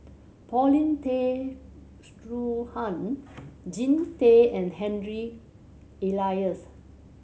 Paulin Tay Straughan Jean Tay and Harry Elias